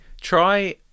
try